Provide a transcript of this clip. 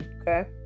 Okay